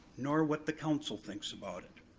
nor what the council thinks about it.